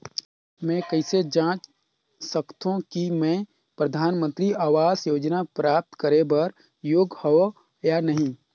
मैं कइसे जांच सकथव कि मैं परधानमंतरी आवास योजना प्राप्त करे बर योग्य हववं या नहीं?